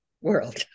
world